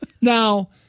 Now